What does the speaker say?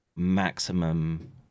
maximum